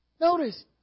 Notice